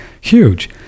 huge